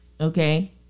Okay